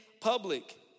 public